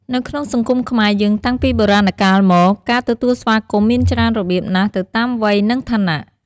នៅក្នុងសង្គមខ្មែរយើងតាំងពីបុរាណកាលមក ការទទួលស្វាគមន៍មានច្រើនរបៀបណាស់ទៅតាម វ័យ និងឋានៈ។